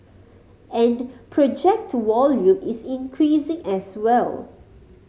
and project volume is increasing as well